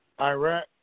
Iraq